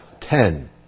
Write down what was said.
Ten